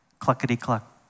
cluckety-cluck